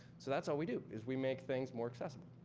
so that's all we do is we make things more accessible.